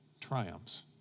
triumphs